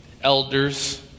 elders